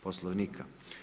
Poslovnika.